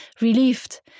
relieved